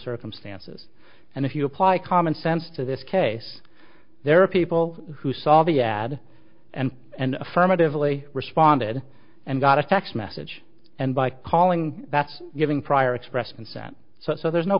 circumstances and if you apply common sense to this case there are people who saw the ad and and affirmatively responded and got a text message and by calling that's giving prior express consent so there's no